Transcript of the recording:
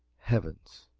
heavens,